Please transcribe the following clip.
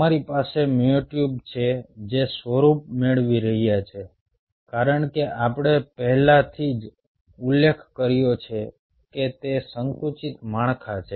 તમારી પાસે મ્યોટ્યુબ્સ છે જે સ્વરૂપ મેળવી રહ્યા છે કારણ કે આપણે પહેલાથી જ ઉલ્લેખ કર્યો છે કે તે સંકુચિત માળખા છે